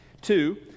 Two